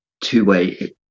two-way